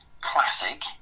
classic